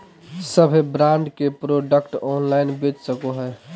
सभे ब्रांड के product online बेच सको हइ